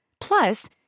Plus